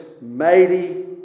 mighty